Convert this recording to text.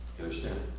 understand